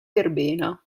verbena